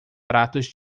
pratos